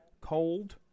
cold